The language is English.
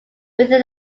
within